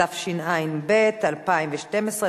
התשע"ב 2012,